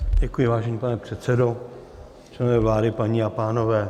Děkuji, vážený pane předsedo, členové vlády, paní a pánové.